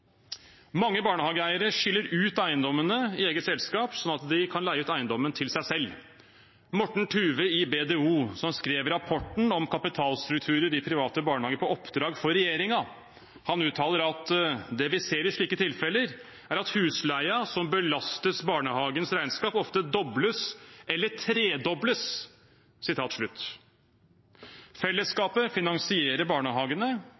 Mange barnehageeiere skiller ut eiendommene i eget selskap, sånn at de kan leie ut eiendommene til seg selv. Morten Thuve i BDO, som skrev rapporten om kapitalstrukturer i private barnehager på oppdrag fra regjeringen, uttaler: «Det vi ser i slike tilfeller, er at husleien som belastes barnehagens regnskap ofte dobles eller tredobles.» Fellesskapet finansierer barnehagene.